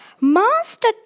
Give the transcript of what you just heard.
Master